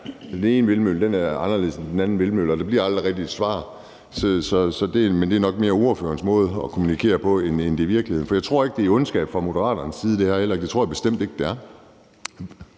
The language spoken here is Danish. Den ene vindmølle er anderledes end den anden vindmølle, og der bliver aldrig rigtig et svar. Men det er nok mere ordførerens måde at kommunikere på, end det er virkeligheden. For jeg tror ikke, at det er ondskab fra Moderaternes side. Det tror jeg bestemt ikke at det er.